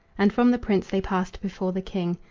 and from the prince they passed before the king.